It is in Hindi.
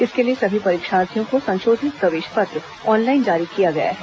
इसके लिए सभी परीक्षार्थियों को संशोधित प्रवेश पत्र ऑनलाइन जारी किया गया है